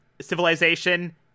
civilization